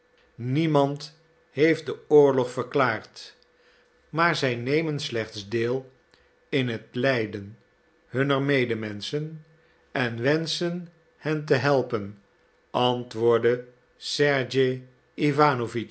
niemand heeft den oorlog verklaard maar zij nemen slechts deel in het lijden hunner medemenschen en wenschen hen te helpen antwoordde sergej